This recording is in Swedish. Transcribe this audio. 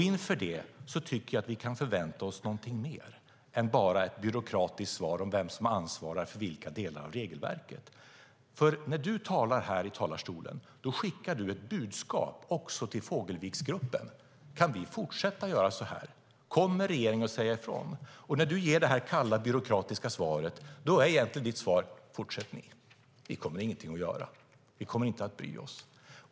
Inför det tycker jag att vi kan förvänta oss något mer än bara ett byråkratiskt svar om vem som ansvarar för vilka delar av regelverket. När du, Elisabeth Svantesson, talar här i talarstolen skickar du ett budskap också till Fågelviksgruppen, som undrar: Kan vi fortsätta att göra så här? Kommer regeringen att säga ifrån? När du ger det här kalla, byråkratiska svaret är egentligen ditt svar: Fortsätt ni, vi kommer inte att göra någonting, vi kommer inte att bry oss.